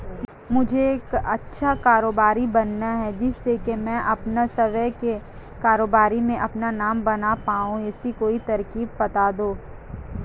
मुझे एक अच्छा कारोबारी बनना है जिससे कि मैं अपना स्वयं के कारोबार में अपना नाम बना पाऊं ऐसी कोई तरकीब पता दो?